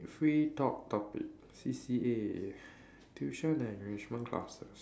free talk topic C_C_A tuition and enrichment classes